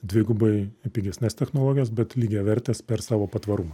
dvigubai pigesnes technologijas bet lygiavertes per savo patvarumą